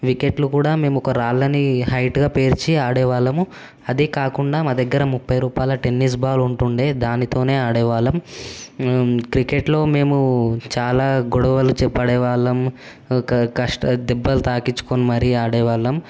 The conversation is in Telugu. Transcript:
వికెట్లు కూడా మేము ఒక రాళ్ళని హైట్గా పేర్చి ఆడే వాళ్ళము అదే కాకుండా మా దగ్గర ముప్పై రూపాయల టెన్నిస్ బాల్ ఉంటుండే దానితోనే ఆడేవాళ్ళం క్రికెట్లో మేము చాలా గొడవలు చెప్పాడే వాళ్ళం దెబ్బలు తాకిచ్చుకొని మరీ ఆడేవాళ్ళం